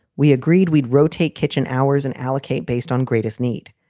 we agreed we'd rotate kitchen hours and allocate based on greatest need,